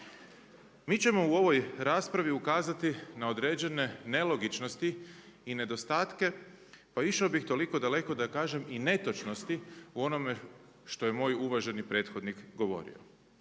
Mi ćemo u ovoj raspravi ukazati na određene nelogičnosti i nedostatke pa išao bih toliko daleko da kažem i netočnosti u onome što je moj uvaženi prethodnik govorio.